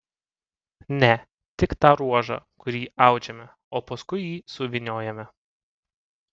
ne tik tą ruožą kurį audžiame o paskui jį suvyniojame